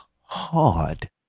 hard